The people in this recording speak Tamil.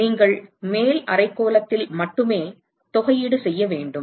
எனவே நீங்கள் மேல் அரைக்கோளத்தில் மட்டுமே தொகையீடு செய்ய வேண்டும்